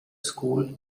school